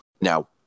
Now